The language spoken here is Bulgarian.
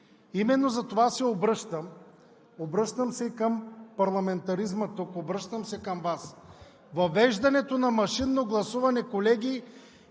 Именно затова се обръщам към парламентаризма тук, обръщам се към Вас – въвеждането на машинно гласуване, колеги,